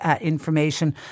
information